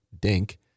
dink